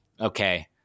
okay